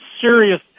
serious